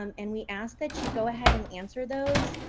um and we ask that you go ahead and answer those,